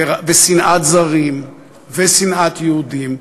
ושנאת זרים ושנאת יהודים,